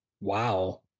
Wow